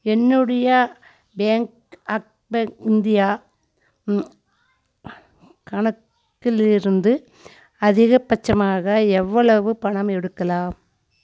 என்னுடைய bank of bank India கணக்கிலிருந்து அதிகபட்சமாக எவ்வளவு பணம் எடுக்கலாம்